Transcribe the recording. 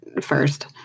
first